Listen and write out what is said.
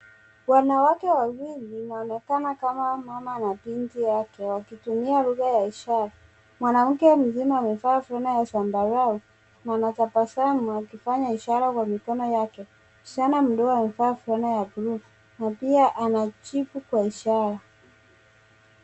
Wanawake wawili, inaonaonekana kama mama na binti yake, wakitumia lugha ya ishara. Mwanamke mzima amevaa fulana ya zambarau, na anatabasamu akifanya ishara kwa mikono yake. Msichana mdogo amevaa fulana ya buluu, na pia anajibu kwa ishara.